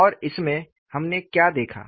और इसमें हमने क्या देखा